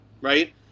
right